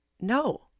No